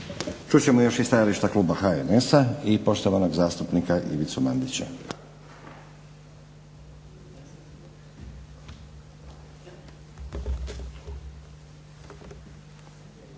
ćemo još i stajališta Kluba HNS-a i poštovanog zastupnika Ivicu Mandića.